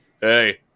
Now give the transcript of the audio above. hey